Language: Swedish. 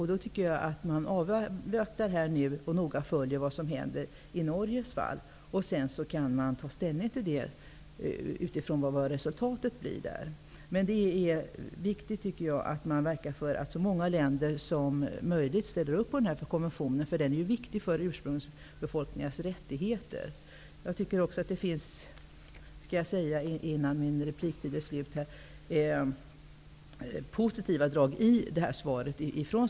Jag tycker att man bör avvakta nu och noga följa vad som händer i Norges fall, och sedan kan man ta ställning utifrån vad resultatet blir där. Men det är viktigt, anser jag, att verka för att så många länder som möjligt ställer upp på konventionen, för den är viktig för ursprungsbefolkningarnas rättigheter. Jag vill också säga, innan min repliktid är slut, att det finns positiva drag i svaret.